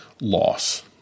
loss